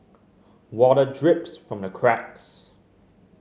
water drips from the cracks